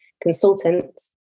consultants